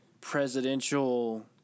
presidential